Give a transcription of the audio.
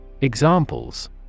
Examples